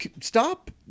Stop